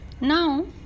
Now